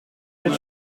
pour